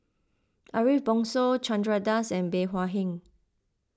Ariff Bongso Chandra Das and Bey Hua Heng